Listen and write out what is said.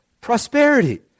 Prosperity